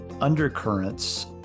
undercurrents